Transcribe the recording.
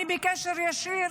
אני בקשר ישיר